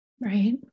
Right